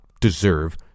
deserve